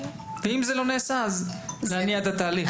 ואם זה לא נעשה, אז להניע את התהליך.